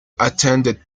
attended